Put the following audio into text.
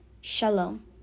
Shalom